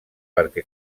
perquè